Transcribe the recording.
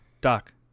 Doc